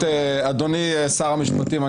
אדוני שר המשפטים,